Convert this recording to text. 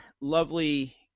lovely